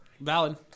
Valid